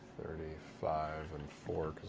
thirty five, and four